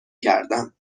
کردم